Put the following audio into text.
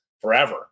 forever